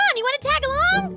um you want to tag along?